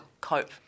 cope